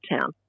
Town